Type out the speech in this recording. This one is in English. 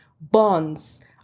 Bonds